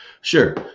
Sure